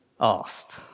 asked